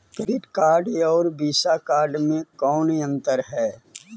Credit card और Visa card मे कौन अन्तर है?